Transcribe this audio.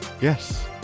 Yes